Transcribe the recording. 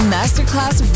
Masterclass